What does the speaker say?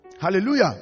Hallelujah